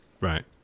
Right